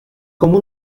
como